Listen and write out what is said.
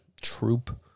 troop